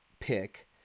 pick